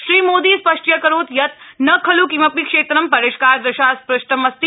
श्रीमोदी स्थष्ट्यकरोत् यत् न खल किमप्ति क्षेत्रं रिष्कार दृशा अस्गृष्टम् अस्ति